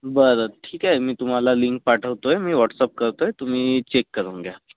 बरं ठीक आहे मी तुम्हाला लिंक पाठवतो आहे मी वॉट्सअप करतो आहे तुम्ही चेक करून घ्या